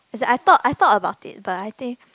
as in I thought I thought about it but I think